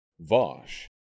Vosh